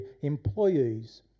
employees